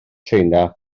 china